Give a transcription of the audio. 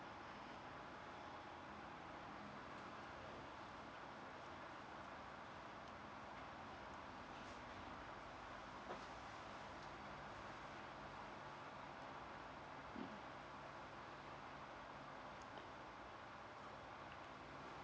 mm